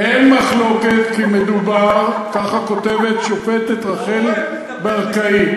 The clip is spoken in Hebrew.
"אין מחלוקת כי מדובר" כך כותבת השופטת רחל ברקאי,